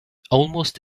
almost